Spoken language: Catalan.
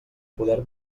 poder